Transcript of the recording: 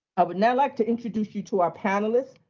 i would now like to introduce you to our panelists,